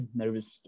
nervous